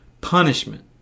punishment